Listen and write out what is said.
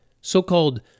so-called